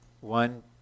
one